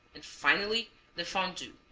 and finally the fondue.